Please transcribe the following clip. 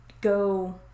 go